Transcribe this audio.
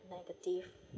negative